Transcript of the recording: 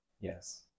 Yes